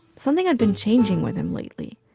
something had been changing with him lately.